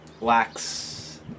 lacks